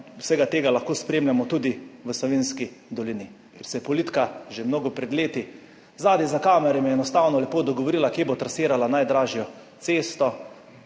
vsega tega lahko spremljamo tudi v Savinjski dolini, kjer se je politika že mnogo pred leti zadaj za kamere mi enostavno lepo dogovorila, kje bo trasirala najdražjo cesto